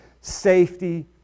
safety